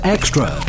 Extra